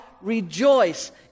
rejoice